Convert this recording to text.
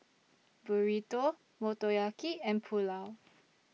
Burrito Motoyaki and Pulao